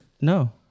No